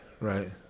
right